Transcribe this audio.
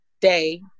day